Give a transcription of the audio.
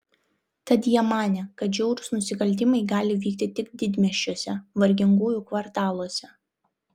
tad jie manė kad žiaurūs nusikaltimai gali vykti tik didmiesčiuose vargingųjų kvartaluose